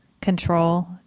control